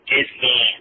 Disney